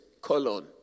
colon